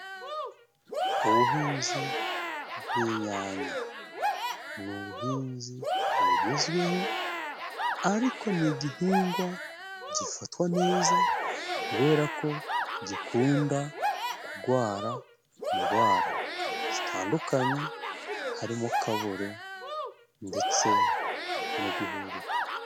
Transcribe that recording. Ubuhinzi bw'inyanya ni ubuhinzi bugezweho ariko ni igihingwa gifatwa neza kubera ko gikunda kugwara indwara zitandukanye harimo kabore ndetse no guhunguka.